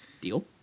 Deal